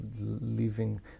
living